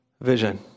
Vision